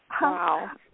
Wow